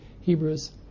Hebrews